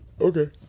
Okay